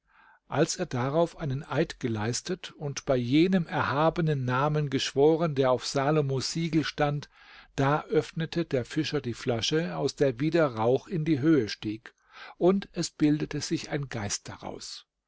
als er darauf einen eid geleistet und bei jenem erhabenen namen geschworen der auf salomos siegel stand da öffnete der fischer die flasche aus der wieder rauch in die höhe stieg und es bildete sich ein geist daraus